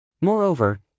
Moreover